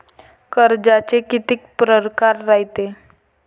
कर्जाचे कितीक परकार रायते?